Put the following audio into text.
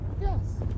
Yes